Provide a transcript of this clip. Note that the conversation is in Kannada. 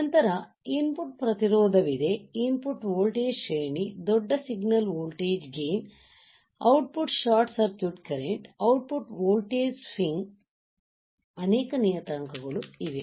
ನಂತರ ಇನ್ ಪುಟ್ ಪ್ರತಿರೋಧವಿದೆ ಇನ್ ಪುಟ್ ವೋಲ್ಟೇಜ್ ಶ್ರೇಣಿ ದೊಡ್ಡ signal voltage gain output short circuit current output voltage swing ಅನೇಕ ನಿಯತಾಂಕಗಳು ಇವೆ